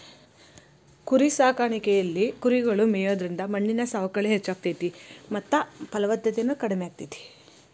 ಕುರಿಸಾಕಾಣಿಕೆಯಲ್ಲಿ ಕುರಿಗಳು ಮೇಯೋದ್ರಿಂದ ಮಣ್ಣಿನ ಸವಕಳಿ ಹೆಚ್ಚಾಗ್ತೇತಿ ಮತ್ತ ಫಲವತ್ತತೆನು ಕಡಿಮೆ ಆಗ್ತೇತಿ